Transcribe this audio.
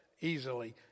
easily